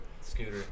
Scooter